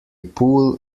pool